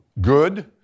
good